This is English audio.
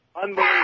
Unbelievable